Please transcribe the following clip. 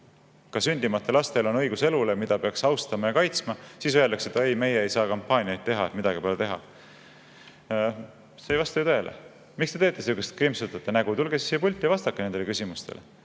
ka sündimata lastel on õigus elule, mida peaks austama ja kaitsma, siis öeldakse, et ei, meie ei saa kampaaniaid teha, midagi pole teha. See ei vasta ju tõele. Miks te teete sihukest nägu, krimpsutate nägu? Tulge siis siia pulti ja vastake nendele küsimustele.